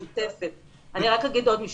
אני אומר עוד משפט.